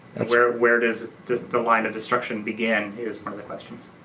and so where does does the line of destruction begin is one of the questions.